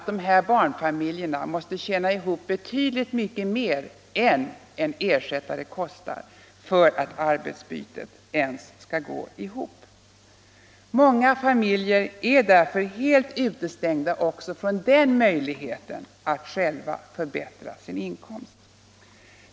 De barnfamiljerna måste tjäna ihop betydligt mycket mer än en ersättare kostar för att arbetsbytet ens skall gå ihop. Många familjer är därför helt utestängda även från den möjligheten att själva förbättra sin inkomst.